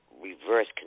reverse